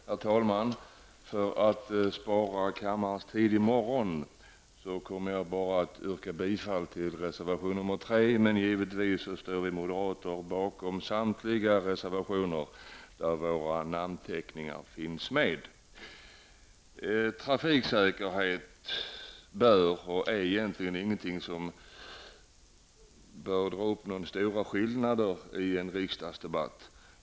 Herr talman! För att spara kammarens tid i morgon kommer jag bara att yrka bifall till reservation nr 3, men givetvis står vi moderater bakom samtliga reservationer där våra namn finns med. Trafiksäkerhet bör egentligen inte vara en fråga som ger upphov till stora skillnader mellan partierna i en riksdagsdebatt.